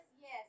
yes